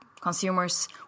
consumers